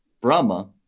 Brahma